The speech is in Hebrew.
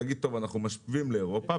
להגיד שאנחנו משווים לאירופה,